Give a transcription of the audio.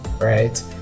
right